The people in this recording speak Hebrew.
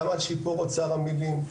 גם על שיפור אוצר המילים.